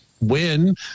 win